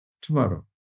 tomorrow